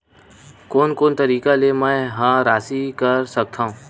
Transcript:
कोन कोन तरीका ले मै ह राशि कर सकथव?